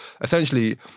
essentially